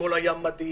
אתמול היה מדהים.